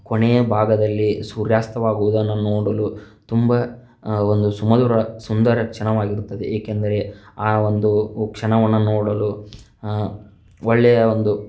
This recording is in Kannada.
ಕೊನೆಯ ಭಾಗದಲ್ಲಿ ಸೂರ್ಯಾಸ್ತವಾಗುವುದನ್ನು ನೋಡಲು ತುಂಬ ಒಂದು ಸುಮಧುರ ಸುಂದರ ಕ್ಷಣವಾಗಿರುತ್ತದೆ ಏಕೆಂದರೆ ಆ ಒಂದು ಉ ಕ್ಷಣವನ್ನ ನೋಡಲು ಒಳ್ಳೆಯ ಒಂದು